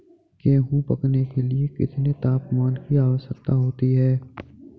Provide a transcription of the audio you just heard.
गेहूँ पकने के लिए कितने तापमान की आवश्यकता होती है?